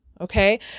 Okay